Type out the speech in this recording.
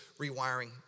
rewiring